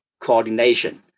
coordination